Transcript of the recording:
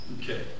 Okay